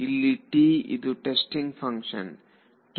ಇಲ್ಲಿ ಇದು testing function